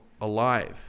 alive